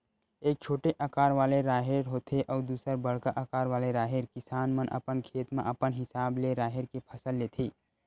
एक छोटे अकार वाले राहेर होथे अउ दूसर बड़का अकार वाले राहेर, किसान मन अपन खेत म अपन हिसाब ले राहेर के फसल लेथे